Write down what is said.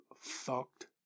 fucked